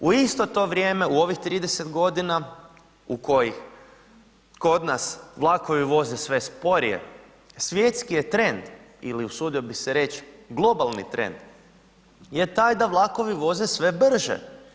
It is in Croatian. U isto to vrijeme u ovih 30 godina u kojih kod nas vlakovi voze sve sporije, svjetski je trend, ili, usudio bih se reći, globalni trend je taj da vlakovi voze sve brže.